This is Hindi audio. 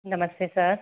नमस्ते सर